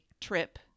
trip